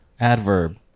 Adverb